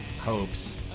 hopes